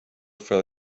fell